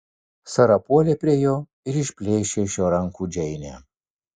sara puolė prie jo ir išplėšė iš jo rankų džeinę